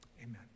Amen